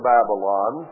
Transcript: Babylon